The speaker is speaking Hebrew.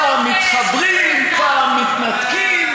פעם מתחברים ופעם מתנתקים,